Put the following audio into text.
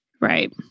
Right